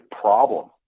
problem